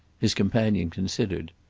his companion considered.